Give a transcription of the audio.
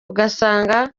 ugasanga